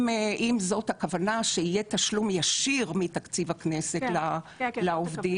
אם זאת הכוונה שיהיה תשלום ישיר מתקציב הכנסת לעובדים,